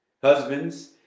Husbands